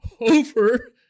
over